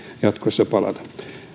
jatkossa palata